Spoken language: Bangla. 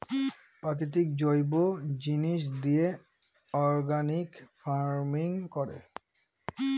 প্রাকৃতিক জৈব জিনিস দিয়ে অর্গানিক ফার্মিং করে